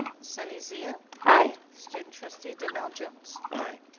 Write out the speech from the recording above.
sunny zia? aye. student trustee donnell jones. aye.